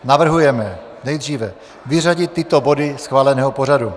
Navrhujeme nejdříve vyřadit tyto body schváleného pořadu: